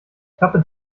klappe